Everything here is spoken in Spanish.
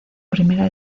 primera